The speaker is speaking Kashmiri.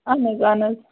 اَہَن حظ اَہَن حظ